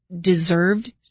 deserved